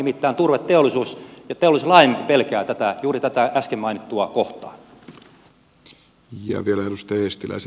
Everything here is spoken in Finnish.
nimittäin turveteollisuus ja teollisuus laajemminkin pelkäävät juuri tätä äsken mainittua kohtaa